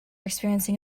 experiencing